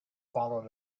followed